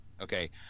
okay